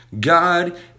God